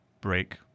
break